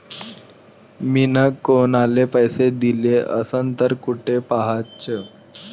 मिन कुनाले पैसे दिले असन तर कुठ पाहाचं?